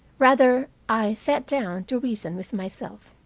rather i sat down to reason with myself.